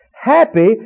Happy